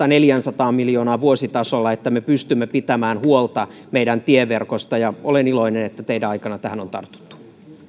neljäsataa miljoonaa vuositasolla että me pystymme pitämään huolta meidän tieverkostamme olen iloinen että teidän aikananne tähän on tartuttu